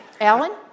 Alan